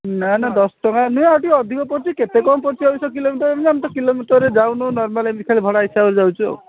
ନା ନା ଦଶ ଟଙ୍କା ନୁହେଁ ଆଉ ଟିକେ ଅଧିକ ପଡ଼ୁଛି କେତେ କ'ଣ ପଡ଼ୁଛି କିଲୋମିଟରରେ ଆମେ ତ କିଲୋମିଟରରେ ଯାଉନି ନର୍ମାଲ୍ ଏମିତି ଭଡ଼ା ହିସାବରେ ଯାଉଛୁ